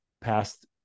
past